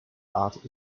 art